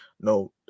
no